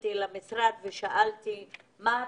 חבר'ה.